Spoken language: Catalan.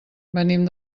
venim